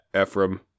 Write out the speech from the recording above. Ephraim